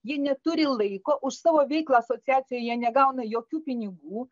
jie neturi laiko už savo veiklą asociacijoj jie negauna jokių pinigų